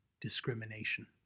discrimination